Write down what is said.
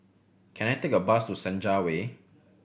can I take a bus to Senja Way